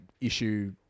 issue